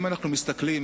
אם אנחנו מסתכלים,